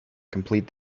complete